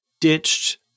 ditched